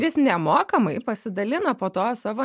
jis nemokamai pasidalina po to savo